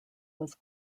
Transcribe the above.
was